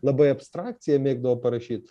labai abstrakcija mėgdavo parašyt